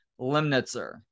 Lemnitzer